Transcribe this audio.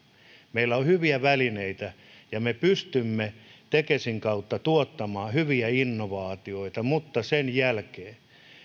meillä on hyviä välineitä ja me pystymme tekesin kautta tuottamaan hyviä innovaatioita mutta sen jälkeen